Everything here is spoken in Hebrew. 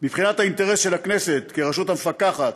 מבחינת האינטרס של הכנסת כרשות המפקחת,